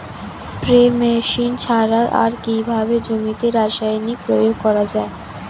Spray machine ছাড়া আর কিভাবে জমিতে রাসায়নিক প্রয়োগ করা যায়?